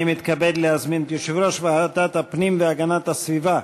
אני מתכבד להזמין את יו"ר ועדת הפנים והגנת הסביבה